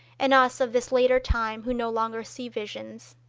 and us of this later time who no longer see visions.